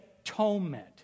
atonement